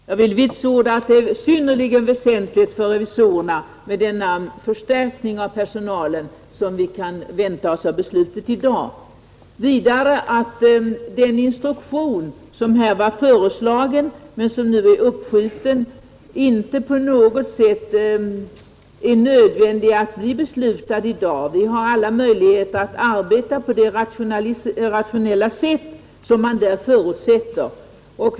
Herr talman! Jag vill vitsorda att det är synnerligen väsentligt för revisorerna med den förstärkning av personalen som riksdagen kan väntas besluta i dag. Den instruktion som var föreslagen men som är uppskjuten är det Däremot inte på något sätt nödvändigt att nu besluta om. Riksdagsrevisorerna har alla möjligheter att arbeta på det rationella sätt som förutsättes.